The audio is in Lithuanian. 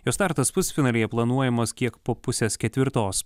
jo startas pusfinalyje planuojamas kiek po pusės ketvirtos